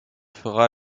fera